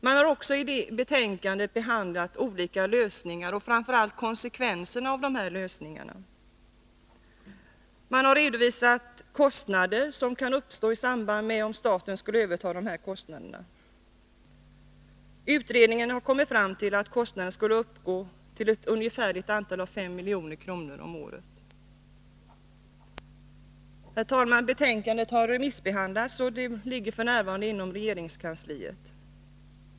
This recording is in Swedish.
I betänkandet har man även behandlat olika lösningar, framför allt konsekvenserna av dessa lösningar. Man har redovisat de kostnader som skulle uppstå, om staten övertog motpartskostnaderna. Utredningen har kommit fram till att kostnaderna skulle uppgå till ungefär 5 milj.kr. om året. Herr talman! Betänkandet har remissbehandlats och ligger f.n. i regeringskansliet.